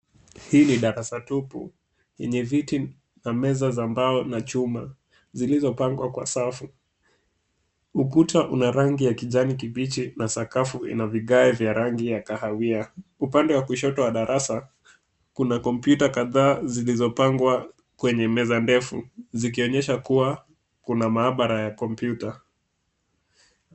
Hii ni darasa tupu yenye viti na meza za mbao na chuma zilizopangwa kwa safu. Ukuta una rangi ya kijani kibichi na sakafu ina vigae vya rangi ya kahawia . Upande wa kushoto wa darasa kuna kompyuta kadhaa zilizopangwa kwenye meza ndefu zikionyesha kuwa kuna maabara ya kompyuta.